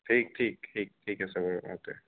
ঠিক ঠিক ঠিক ঠিক আছে বাৰু অ'কে